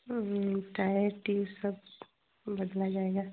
tyre tube सब बदला जाएगा